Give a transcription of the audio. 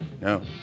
No